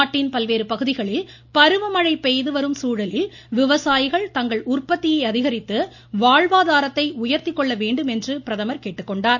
நாட்டின் பல்வேறு பகுதிகளில் பருவமழை பெய்து வரும் சூழலில் விவசாயிகள் தங்களது உற்பத்தியை அதிகரித்து வாழ்வாதாரத்தை உயர்த்திக் கொள்ள வேண்டும் என்று கேட்டுக் கொண்டார்